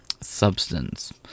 substance